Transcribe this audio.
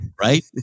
right